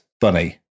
bunny